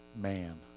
man